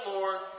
Lord